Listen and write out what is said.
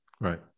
Right